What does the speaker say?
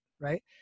right